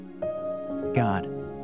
God